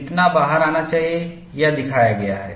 कितना बाहर आना चाहिए यहां दिखाया गया है